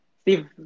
Steve